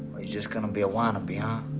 he just gonna be a wannabe, huh?